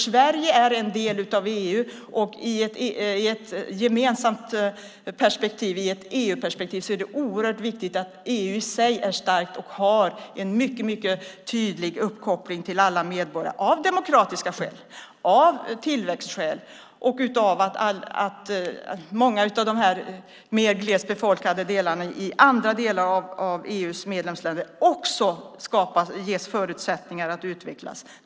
Sverige är en del av EU, och i ett gemensamt perspektiv - ett EU-perspektiv - är det oerhört viktigt att EU i sig är starkt och har en mycket tydlig uppkoppling till alla medborgare, av demokratiska skäl, av tillväxtskäl och så att många av de mer glesbefolkade delarna i andra delar av EU:s medlemsländer också ges förutsättningar att utvecklas.